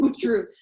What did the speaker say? True